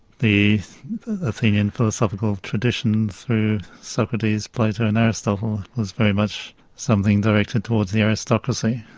the athenian philosophical tradition through socrates, plato and aristotle was very much something directed towards the aristocracy.